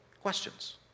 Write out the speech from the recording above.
questions